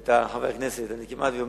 ואת חברי הכנסת, אני כמעט אומר: